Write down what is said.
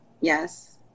Yes